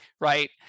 right